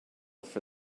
for